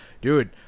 Dude